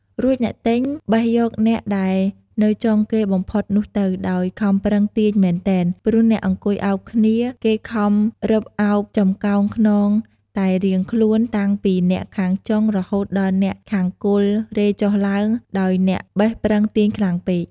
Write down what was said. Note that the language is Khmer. រួចអ្នកទិញបេះយកអ្នក ដែលនៅចុងគេបំផុតនោះទៅ ដោយខំប្រឹងទាញមែនទែន ព្រោះអ្នកអង្គុយឱបគ្នាគេខំរឹបឱបចំកោងខ្នងតែរៀង ខ្លួនតាំងពីអ្នកខាងចុងរហូតដល់អ្នកខាងគល់ រេចុះឡើង ដោយអ្នកបេះប្រឹងទាញខ្លាំងពេក ។